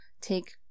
take